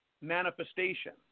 Manifestation